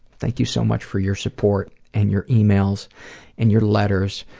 thank you so much for your support and your emails and your letters,